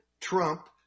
Trump